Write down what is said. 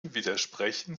widersprechen